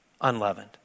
unleavened